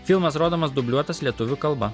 filmas rodomas dubliuotas lietuvių kalba